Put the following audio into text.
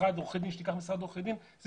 משרד עורכי דין, שתיקח משרד עורכי דין.